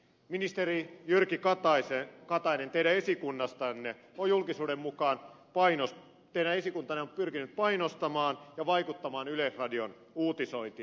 ministeri jyrki kataisen kaltainen yleisesikunnasta annettu julkisuuden mukaan katainen teidän esikuntanne on pyrkinyt painostamaan ja vaikuttamaan yleisradion uutisointiin